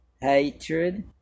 hatred